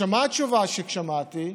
מה התשובה ששמעתי?